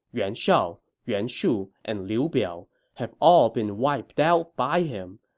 yuan shao, yuan shu, and liu biao have all been wiped out by him,